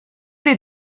les